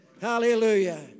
Hallelujah